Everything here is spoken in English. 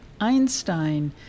Einstein